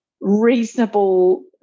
reasonable